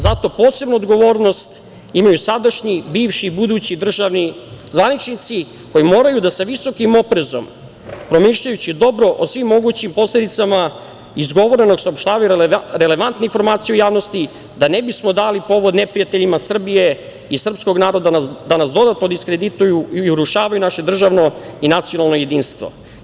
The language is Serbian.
Zato posebnu odgovornost imaju sadašnji, bivši i budući državni zvaničnici koji moraju da sa visokim oprezom promišljajući dobro o svim mogućim posledicama izgovorenog, saopštavaju relevantnu informaciju javnosti, da ne bismo dali povod neprijateljima Srbije i srpskog naroda da nas dodatno diskredituju i urušavaju naše državno i nacionalno jedinstvo.